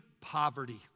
poverty